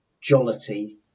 jollity